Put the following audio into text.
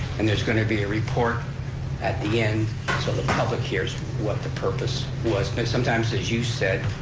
and there's going to be a report at the end so the public hears what the purpose was, but sometimes, as you said,